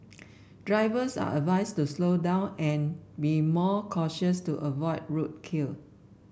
drivers are advised to slow down and be more cautious to avoid roadkill